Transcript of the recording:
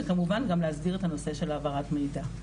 וכמובן לאסדיר את הנושא של העברת מידע.